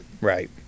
right